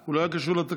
הוא לא היה קשור לתקציב.